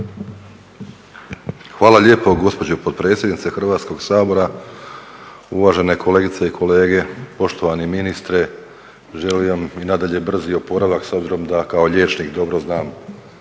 Hvala lijepo gospođo potpredsjednice Hrvatskog sabora, uvažene kolegice i kolege, poštovani ministre. Želim vam i nadalje brzi oporavak s obzirom da kao liječnik dobro znam